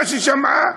מה ששמעה,